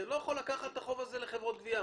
אתה לא יכול לקחת את החוב הזה לחברות גבייה,